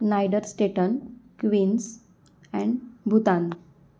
नायडर Staten Queens and Bhutan